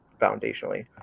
foundationally